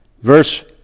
verse